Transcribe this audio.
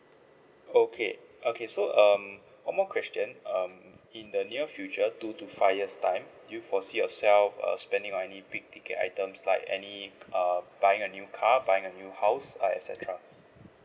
okay okay so um one more question um in the near future two to five years' time do you foresee yourself uh spending on any big ticket items like any uh buying a new car buying a new house uh et cetera